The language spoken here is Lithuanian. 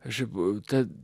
žiburių tad